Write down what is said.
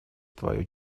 твое